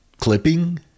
Clipping